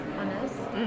honest